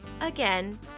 again